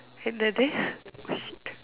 in a day oh shit